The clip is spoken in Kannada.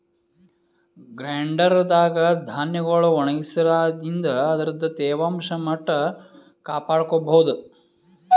ಗ್ರೇನ್ ಡ್ರೈಯರ್ ದಾಗ್ ಧಾನ್ಯಗೊಳ್ ಒಣಗಸಾದ್ರಿನ್ದ ಅದರ್ದ್ ತೇವಾಂಶ ಮಟ್ಟ್ ಕಾಪಾಡ್ಕೊಭೌದು